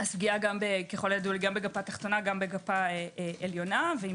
ככל הידוע לי, גם בגפה עליונה, גם בגפה תחתונה ועם